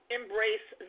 embrace